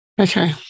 Okay